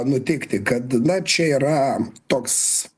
nutikti kad na čia yra toks